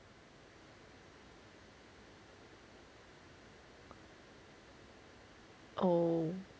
oo